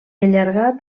allargat